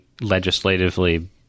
legislatively